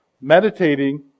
meditating